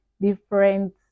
different